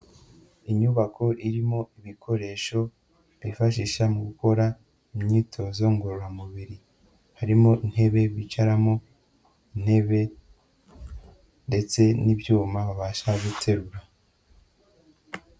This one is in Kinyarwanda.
Inyubako irimo ibikoresho bifashisha mu gukora imyitozo ngororamubiri, harimo intebe bicaramo, intebe ndetse n'ibyuma babasha guterura.